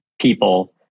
people